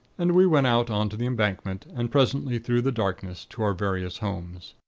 and we went out on to the embankment, and presently through the darkness to our various homes.